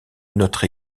notre